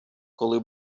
коли